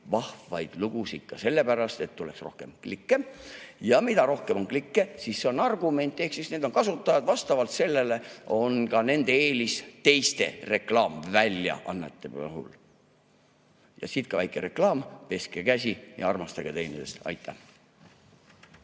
vahvaid lugusid ka sellepärast, et tuleks rohkem klikke. Kui on rohkem klikke, siis see on argument, ehk need on kasutajad ja vastavalt sellele on ka eelis teiste reklaamväljaannete puhul. Siit ka väike reklaam: peske käsi ja armastage teineteist! Aitäh!